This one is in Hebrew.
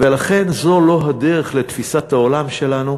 ולכן, זו לא הדרך, לתפיסת העולם שלנו.